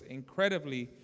incredibly